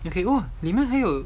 you can go ah 里面还有